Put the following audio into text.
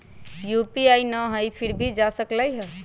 UPI न हई फिर भी जा सकलई ह?